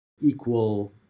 equal